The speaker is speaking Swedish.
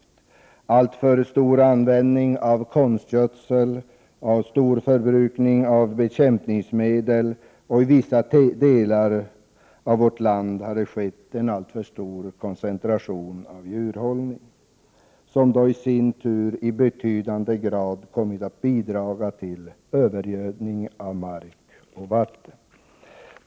Det har varit en alltför stor användning av konstgödsel och bekämpningsmedel. I vissa delar av vårt land har det skett en alltför stor koncentration av djurhållning, vilket är i stor utsträckning kommit att bidra till övergödning av mark och vatten.